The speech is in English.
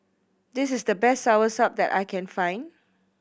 this is the best Soursop that I can find